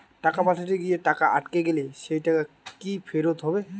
টাকা পাঠাতে গিয়ে টাকা আটকে গেলে সেই টাকা কি ফেরত হবে?